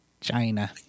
China